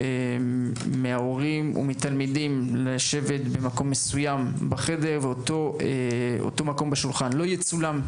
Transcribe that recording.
מההורים והתלמידים לשבת במקום מסוים בחדר ואותו מקום בשולחן לא יצולם,